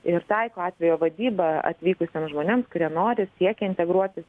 ir taiko atvejo vadybą atvykusiems žmonėms kurie nori siekia integruotis